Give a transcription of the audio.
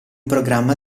programma